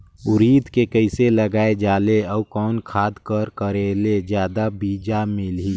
उरीद के कइसे लगाय जाले अउ कोन खाद कर करेले जादा बीजा मिलही?